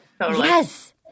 yes